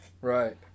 Right